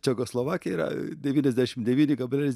čekoslovakija yra devyniasdešim devyni kablelis